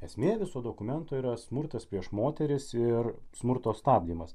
esmė viso dokumento yra smurtas prieš moteris ir smurto stabdymas